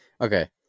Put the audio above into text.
okay